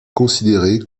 considéré